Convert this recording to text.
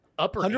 Upper